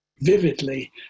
vividly